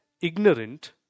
ignorant